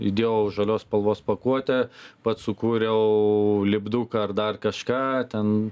įdėjau žalios spalvos pakuotę pats sukūriau lipduką ar dar kažką ten